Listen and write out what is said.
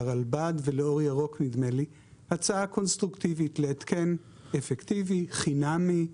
לרלב"ד ולאור ירוק הצעה קונסטרוקטיבית להתקן אפקטיבי חינמי,